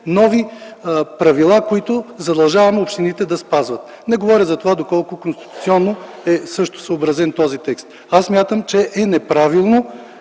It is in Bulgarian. нови правила, които задължаваме общините да спазват. Не говоря за това доколко конституционно е съобразен този текст. Аз смятам, че е неправилно